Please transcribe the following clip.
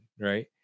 Right